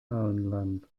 auenland